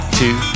two